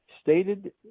stated